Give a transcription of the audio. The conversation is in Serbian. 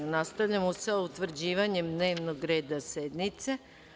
Nastavljamo sa utvrđivanjem dnevnog reda sednice.